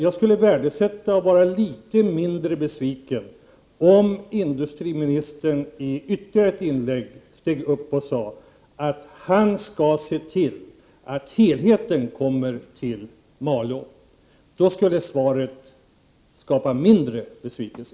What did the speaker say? Jag skulle värdesätta om industriministern i ytterligare ett inlägg sade att han skall se till att helheten kommer till Malå. Då skulle svaret skapa mindre besvikelse.